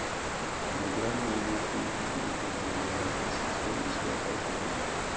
मुद्रा लोन म तीन किसम ले लोन दे जाथे सिसु, किसोर अउ तरून